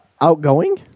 Outgoing